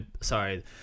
sorry